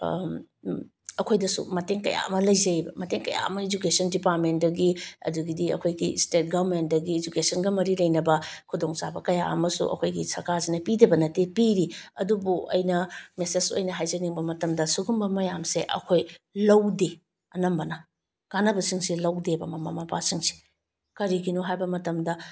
ꯑꯩꯈꯣꯏꯗꯁꯨ ꯃꯇꯦꯡ ꯀꯌꯥ ꯑꯃ ꯂꯩꯖꯩꯌꯦꯕ ꯃꯇꯦꯡ ꯀꯌꯥ ꯑꯃ ꯏꯖꯨꯀꯦꯁꯟ ꯗꯤꯄꯥꯔꯃꯦꯟꯗꯒꯤ ꯑꯗꯒꯤꯗꯤ ꯑꯩꯈꯣꯏꯒꯤ ꯏꯁꯇꯦꯠ ꯒꯔꯃꯦꯟꯗꯒꯤ ꯏꯖꯨꯀꯦꯁꯟꯒ ꯃꯔꯤ ꯂꯩꯅꯕ ꯈꯨꯗꯣꯡꯆꯥꯕ ꯀꯌꯥ ꯑꯃꯁꯨ ꯑꯩꯈꯣꯏꯒꯤ ꯁꯔꯀꯥꯔꯁꯤꯅ ꯄꯤꯗꯕ ꯅꯠꯇꯦ ꯄꯤꯔꯤ ꯑꯗꯨꯕꯨ ꯑꯩꯅ ꯃꯦꯁꯦꯁ ꯑꯣꯏꯅ ꯍꯥꯏꯖꯅꯤꯡꯕ ꯃꯇꯝꯗ ꯁꯨꯒꯨꯝꯕ ꯃꯌꯥꯝꯁꯦ ꯑꯩꯈꯣꯏ ꯂꯧꯗꯦ ꯑꯅꯝꯕꯅ ꯀꯥꯟꯅꯕꯁꯤꯡꯁꯦ ꯂꯧꯗꯦꯕ ꯃꯃꯥ ꯃꯄꯥ ꯁꯤꯡꯁꯦ ꯀꯔꯤꯒꯤꯅꯣ ꯍꯥꯏꯕ ꯃꯇꯝꯗ